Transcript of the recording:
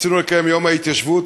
רצינו לקיים יום ההתיישבות,